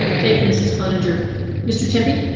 thank you mrs cottager mr tempe.